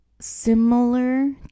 similar